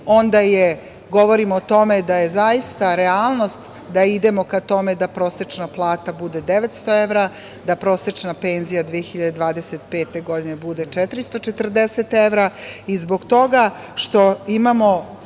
onda govorimo o tome da je zaista realnost da idemo ka tome da prosečna plata bude 900 evra, da prosečna penzija 2025. godine bude 440 evra i zbog toga što imamo